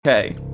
Okay